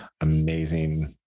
amazing